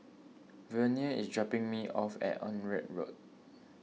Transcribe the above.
Vernie is dropping me off at Onraet Road